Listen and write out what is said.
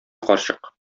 карчык